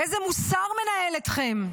איזה מוסר מנהל אתכם?